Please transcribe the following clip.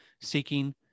seeking